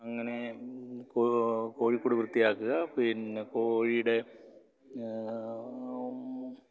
അങ്ങനെ കോഴിക്കൂട് വൃത്തിയാക്കുക പിന്നെ കോഴിയുടെ